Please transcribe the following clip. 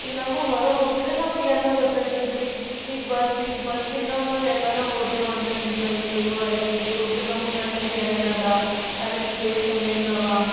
ಈಗ ನಮಗೆ ಹೊರಗೆ ಹೋದರೆ ನಮಗೆ ಎಲ್ಲ ಗೊತ್ತಾಯ್ತದ್ರೀ ಈಗ ಬಸ್ ಈಗ ಬಸ್ ಈಗ ನಾವು ನಾವು ಎಲ್ಲರ ಹೊದೆವು ಅಂದರ್ರಿ ಈಗ ಮೈಸೂರು ಅಲ್ಲಿ ಇಲ್ಲಿ ಹೋದರೆ ನಮಗೆ ಅಲ್ಲಿಂದು ಏನೇನು ಅದ ಅಲ್ಲಿನ ಪ್ಲೇಸ್ ಹೆಂಗೆ ಹೆಂಗೆ ಅವ